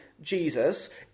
Jesus